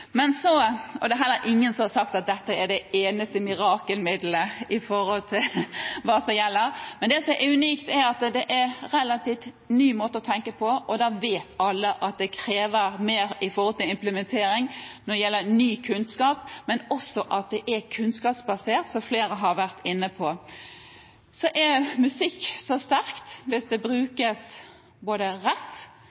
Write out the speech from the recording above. Det er ingen som har sagt at dette er det eneste mirakelmiddelet. Men det som er unikt, er at det er en relativt ny måte å tenke på, og da vet alle at det krever mye når det gjelder implementering av ny kunnskap, men det er kunnskapsbasert, som flere har vært inne på. Musikk er så sterkt når det brukes rett, men det er også veldig sterkt hvis det brukes